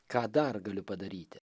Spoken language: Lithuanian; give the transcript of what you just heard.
ką dar galiu padaryti